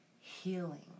healing